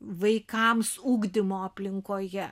vaikams ugdymo aplinkoje